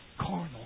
carnal